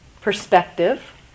perspective